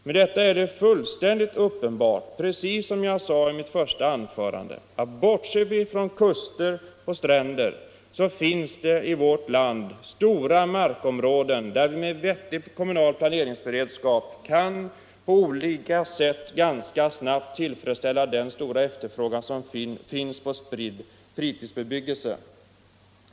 Med utgångspunkt i detta är det, precis som jag sade i mitt första anförande, alldeles uppenbart att det — om vi bortser från kuster och stränder — i vårt land finns stora markområden där vi med vettig kommunal planeringsberedskap kan på olika sätt ganska snabbt tillfredsställa den stora efterfrågan som finns på spridd fritidsbebyggelse.